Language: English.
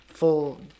full